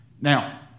Now